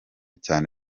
cyane